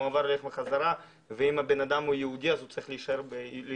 מועבר אליהם בחזרה ואם הבן אדם הוא יהודי אז הוא צריך להישאר יהודי.